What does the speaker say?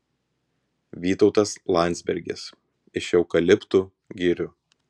vytautas landsbergis iš eukaliptų girių